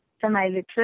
semi-literate